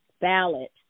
ballot